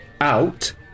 out